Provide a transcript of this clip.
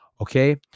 Okay